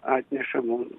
atneša mum